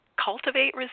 cultivate